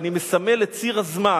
אני מסמן את ציר הזמן,